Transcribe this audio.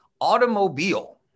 automobile